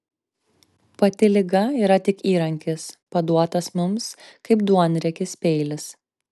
pati liga yra tik įrankis paduotas mums kaip duonriekis peilis